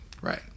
right